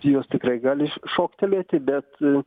jos tikrai gali šoktelėti bet